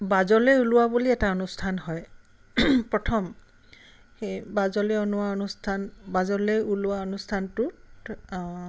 বাজলে ওলোৱা বুলি এটা অনুষ্ঠান হয় প্ৰথম সেই বাজলে ওনোৱা অনুষ্ঠান বাজলে ওলোৱা অনুষ্ঠানটোত